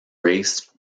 race